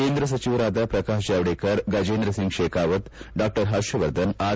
ಕೇಂದ್ರ ಸಚಿವರಾದ ಪ್ರಕಾಶ್ ಜಾವಡೇಕರ್ ಗಜೇಂದ್ರ ಸಿಂಗ್ ಶೆಖಾವತ್ ಡಾ ಪರ್ಷವರ್ಧನ್ ಆರ್